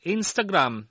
Instagram